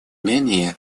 менее